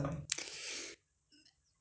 只是要买椰浆